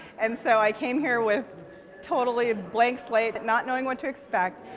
and so i came here with totally blank slate not knowing what to expect.